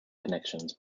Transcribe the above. connections